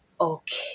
Okay